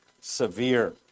severe